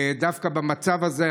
דווקא במצב הזה.